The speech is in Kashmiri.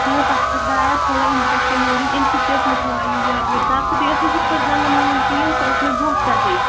ٲں تَتھ پیٚٹھ درٛایاو تھوڑا اِنفیٚکشَن یوٗریٖن اَمہِ سۭتۍ تہِ ٲس مےٚ تہِ تھوڑا یٔڈ ؤڈ دَگ تہٕ بیٚیہِ ٲس مےٚ یِتھٕ پٲٹھۍ زَنٛگَن وَنٛگَن پین سۅ ٲس مےٚ برٛونٛٹھٕ پیٚٹھٕے